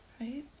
right